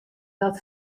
dat